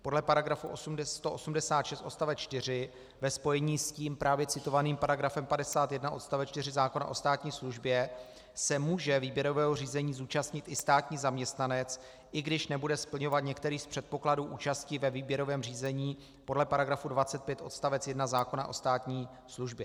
Podle § 186 odst. 4 ve spojení s tím právě citovaným § 51 odst. 4 zákona o státní službě se může výběrového řízení zúčastnit i státní zaměstnanec, i když nebude splňovat některý z předpokladů účasti ve výběrovém řízení podle § 25 odst. 1 zákona o státní službě.